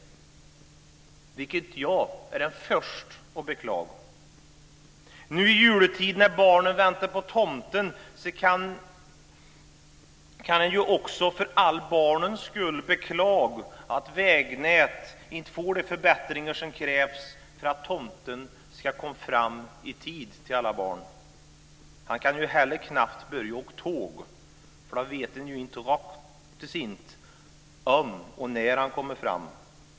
Det är jag den förste att beklaga. Nu i juletid, när barnen väntar på tomten, kan man ju också för barnens skull beklaga att vägnätet inte får de förbättringar som krävs för att tomten ska komma fram i tid till alla barn. Han kan ju knappast börja åka tåg heller, för då vet man rakt inte om och när han kommer fram.